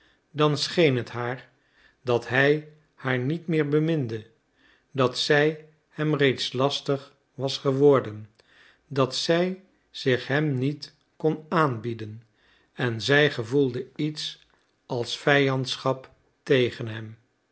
dan scheen het haar dat hij haar niet meer beminde dat zij hem reeds lastig was geworden dat zij zich hem niet kon aanbieden en zij gevoelde iets als vijandschap tegen hem